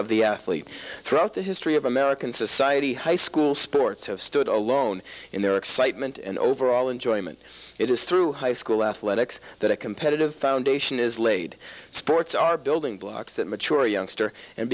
of the athlete throughout the history of american society high school sports have stood alone in their excitement and overall enjoyment it is through high school athletics that a competitive foundation is laid sports are building blocks that mature a youngster and